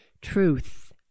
Truth